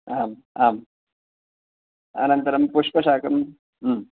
आम् आम् अनन्तरं पुष्पशाकं